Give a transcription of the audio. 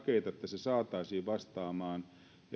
se saataisiin vastaamaan